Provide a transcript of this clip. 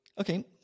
Okay